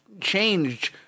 changed